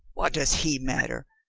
what does he matter?